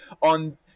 on